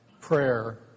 prayer